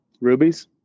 rubies